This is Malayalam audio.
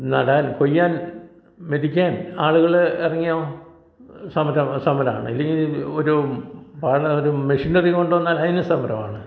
നടാൻ കൊയ്യാൻ മെതിക്കാൻ ആളുകൾ ഇറങ്ങിയാൽ സമരം സമരം ആണ് ഇല്ലെങ്കിലൊരു അവർ ഒരു മെഷിനറി കൊണ്ടുവന്നാൽ അതിനും സമരം ആണ്